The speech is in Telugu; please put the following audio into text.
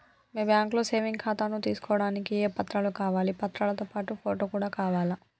మీ బ్యాంకులో సేవింగ్ ఖాతాను తీసుకోవడానికి ఏ ఏ పత్రాలు కావాలి పత్రాలతో పాటు ఫోటో కూడా కావాలా?